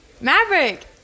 Maverick